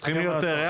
צריכים להיות ריאליים.